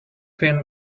pin